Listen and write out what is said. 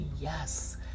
yes